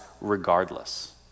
regardless